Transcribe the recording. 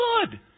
good